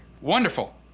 Wonderful